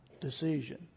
decision